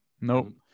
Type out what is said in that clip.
nope